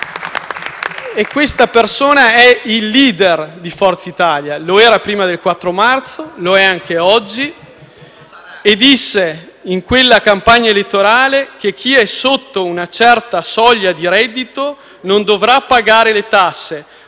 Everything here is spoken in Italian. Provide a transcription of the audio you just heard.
Questa persona è il *leader* di Forza Italia: lo era prima del 4 marzo e lo è anche oggi. Disse, in quella campagna elettorale, che chi è sotto una certa soglia di reddito non deve pagare le tasse,